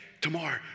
tomorrow